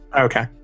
Okay